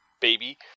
baby